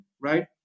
right